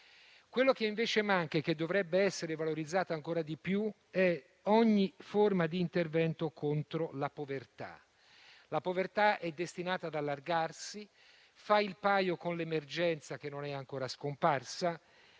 Quello che invece manca e dovrebbe essere valorizzato ancora di più è ogni forma di intervento contro la povertà, che è destinata ad allargarsi e fa il paio con l'emergenza, che non è ancora scomparsa.